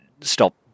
stop